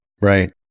Right